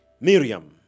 Miriam